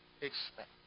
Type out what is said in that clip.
expect